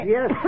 Yes